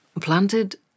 planted